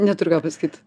neturiu ką pasakyt